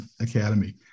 Academy